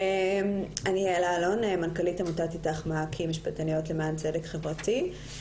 אני מנכ"לית אית"ך- מעקי משפטניות למען צדק חברתי.